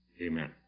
Amen